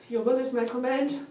your will is my command,